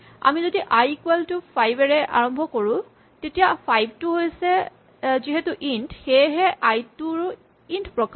আমি যদি i equal to ৫ এৰে আৰম্ভ কৰো তেতিয়া ৫ টো যিহেতু ইন্ট সেয়েহে আই টোও ইন্ট প্ৰকাৰৰ